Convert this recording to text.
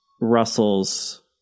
Russell's